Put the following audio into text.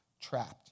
trapped